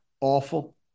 awful